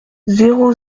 zéro